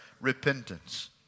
repentance